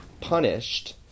punished